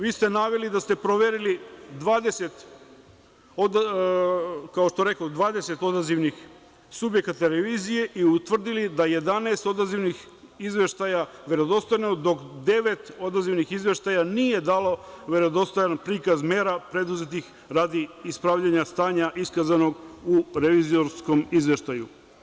Vi ste naveli da ste proverili 20 odazivnih subjekata revizije i utvrdili da je 11 odazivnih izveštaja verodostojno, dok devet odazivnih izveštaja nije dalo verodostojan prikaz mera preduzetih radi ispravljanja stanja iskazanog u revizorskom izveštaju.